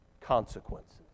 consequences